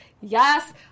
Yes